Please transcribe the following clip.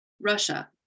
Russia